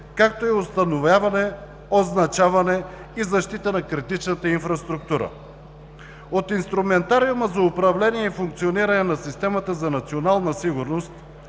както и установяване, означаване и защита на критичната инфраструктура. От инструментариума за управление и функциониране на